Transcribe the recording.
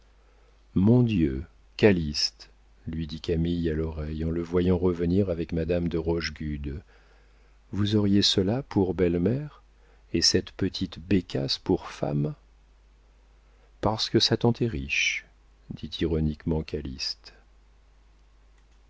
mon dieu calyste lui dit camille à l'oreille en le voyant revenir avec madame de rochegude vous auriez cela pour belle-mère et cette petite bécasse pour femme parce que sa tante est riche dit ironiquement